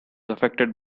affected